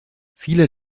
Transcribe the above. viele